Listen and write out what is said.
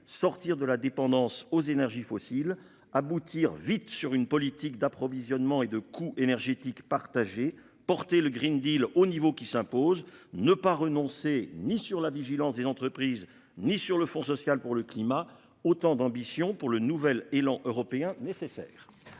Sortir de la dépendance aux énergies fossiles aboutir vite sur une politique d'approvisionnement et de coûts énergétiques partagé porter le Green Deal au niveau qui s'impose, ne pas renoncer ni sur la vigilance des entreprises ni sur le fond social pour le climat. Autant d'ambition pour le nouvel élan européen. Nécessaire.